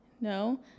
no